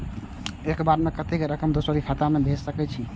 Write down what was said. एक बार में कतेक रकम दोसर के खाता में भेज सकेछी?